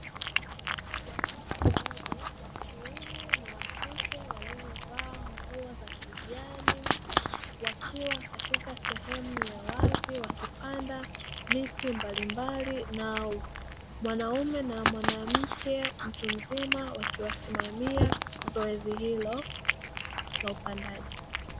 Watoto wadogo wa kiume na wa kike waliovaa nguo za kijani, wakiwa katika sehemu ya wazi wakipanda miti mbalimbali, na mwanaume na mwanamke mtu mzima wakiwasimamia zoezi hilo, la upandaji.